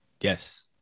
Yes